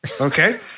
Okay